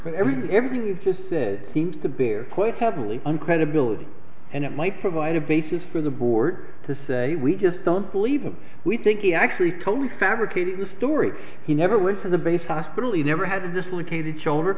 but everything everything you just said seems to bear quite heavily on credibility and it might provide a basis for the board to say we just don't believe him we think he actually totally fabricated the story he never went to the base hospital ie never had a dislocated shoulder